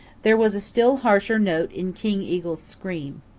there was a still harsher note in king eagle's scream.